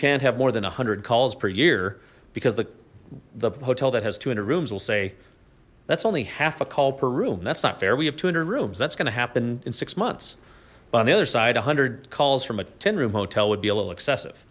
can't have more than a hundred calls per year because the hotel that has two hundred rooms will say that's only half a call per room that's not fair we have two hundred rooms that's gonna happen in six months but on the other side a hundred calls from a ten room hotel would be a little excessive